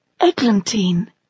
Eglantine